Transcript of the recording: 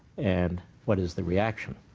and what is the reaction